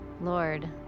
Lord